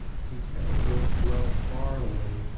since heracles dwells far away,